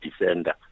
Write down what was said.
defender